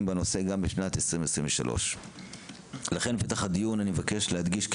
בנושא גם בשנת 2023. לכן בפתח הדיון אני מבקש להדגיש כי